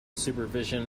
supervision